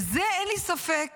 ואין לי ספק